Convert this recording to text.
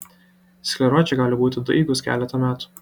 skleročiai gali būti daigūs keletą metų